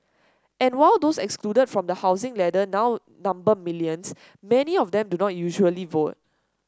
and while those excluded from the housing ladder now number millions many of them do not usually vote